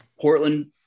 Portland